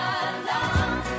alone